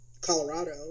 Colorado